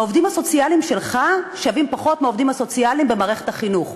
העובדים הסוציאליים שלך שווים פחות מהעובדים הסוציאליים במערכת החינוך.